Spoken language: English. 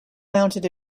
mounted